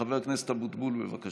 חבר הכנסת אבוטבול, בבקשה.